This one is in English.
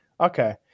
Okay